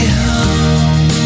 home